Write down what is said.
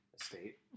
Estate